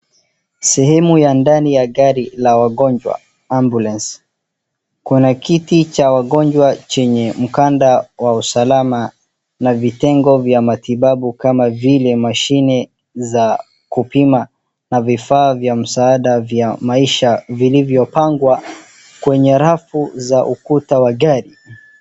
Sehemu ya ndani ya wagonjwa ambulance .Kuna kiti cha mgonjwa chenye mganda cha usalama na vitengo vya matibabu kama vile mashine za kupima na vifaa vya msaada vya maisha vilivyo pangwa kwenye rafu za ukuta za gari .